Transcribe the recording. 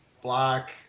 black